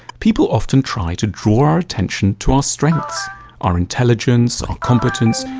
people often try to draw our attention to our strengths our intelligence, our competence,